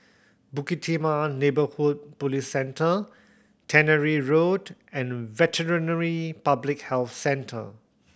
Bukit Timah Neighbourhood Police Centre Tannery Road and Veterinary Public Health Centre